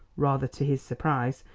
rather to his surprise,